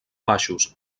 baixos